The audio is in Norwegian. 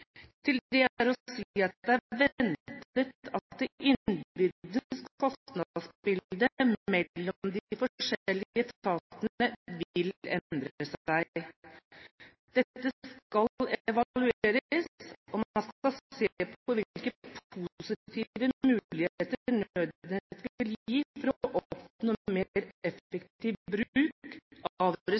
Til det er å si at det er ventet at det innbyrdes kostnadsbildet mellom de forskjellige etatene vil endre seg. Dette skal evalueres, og man skal se på hvilke positive muligheter Nødnett vil gi for å oppnå mer effektiv bruk av